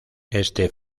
este